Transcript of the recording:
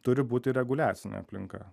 turi būti reguliacinė aplinka